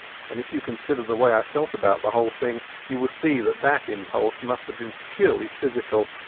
and if you consider the way i felt about the whole thing you will see that that impulse must have been purely physical,